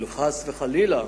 חס וחלילה.